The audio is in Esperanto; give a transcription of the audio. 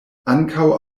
ankaŭ